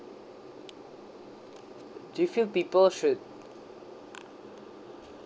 do you feel people should